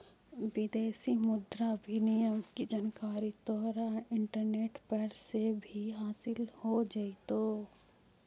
विदेशी मुद्रा विनिमय की जानकारी तोहरा इंटरनेट पर से भी हासील हो जाइतो